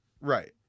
Right